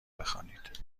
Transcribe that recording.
بخوانید